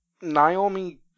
Naomi